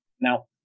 Now